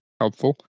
helpful